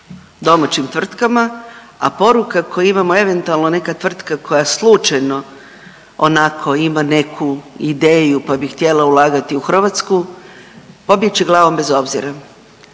domaćim tvrtkama, a poruka koju imamo eventualno neka tvrtka koja slučajno onako ima neki ideju, pa bi htjela ulagati u Hrvatsku, pobjet će glavom bez obzira.